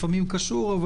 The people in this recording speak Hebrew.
לפעמים קשור אך